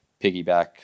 piggyback